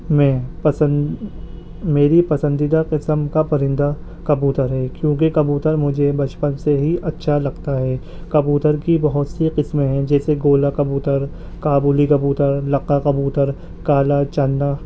میں پسند میری پسندیدہ قسم کا پرندہ کبوتر ہے کیونکہ کبوتر مجھے بچپن سے ہی اچھا لگتا ہے کبوتر کی بہت سی قسمیں ہیں جیسے گولا کبوتر کابلی کبوتر لقا کبوتر کالا چندا